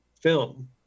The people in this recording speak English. film